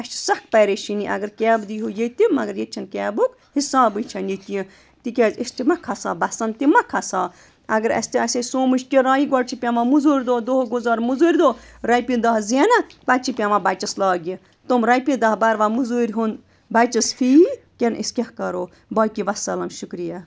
اَسہِ چھِ سَخ پریشٲنی اگر کیب دیٖہِو ییٚتہِ مگر ییٚتہِ چھِنہٕ کیبُک حِسابٕے چھَنہٕ ییٚتہِ کینٛہہ تِکیٛازِ أسۍ تہِ مہ کھسہو بَسَن تہِ مہ کھَسہا اگر اَسہِ تہِ آسہِ ہے سومٕچ کِرایہِ گۄڈٕ چھِ پٮ۪وان مٔزوٗرۍ دۄہ دۄہ گُزار مٔزوٗرۍ دۄہ رۄپیہِ دَہ زینن پَتہٕ چھِ پٮ۪وان بَچَس لاگہِ تِم رۄپیہِ دَہ بَروا مٔزوٗرۍ ہُنٛد بَچَس فی کِنہٕ أسۍ کیٛاہ کَرو باقی وَسلام شُکریہ